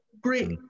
great